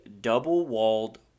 double-walled